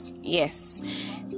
yes